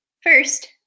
First